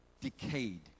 decayed